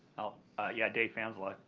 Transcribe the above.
ah ah yeah, dave fanslau,